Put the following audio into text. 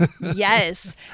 yes